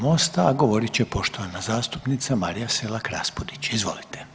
Mosta, a govorit će poštovana zastupnica Marija Selak Raspudić, izvolite.